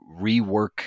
rework